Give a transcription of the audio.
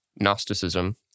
Gnosticism